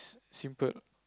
simple